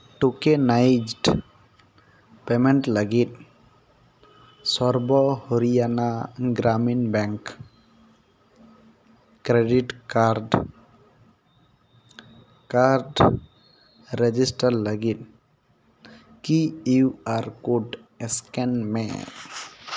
tokenised payment ᱞᱟᱹᱜᱤᱫ Sarva Haryana Gramin bank credit card card register ᱞᱟᱹᱜᱤᱫ Q R code scan ᱢᱮ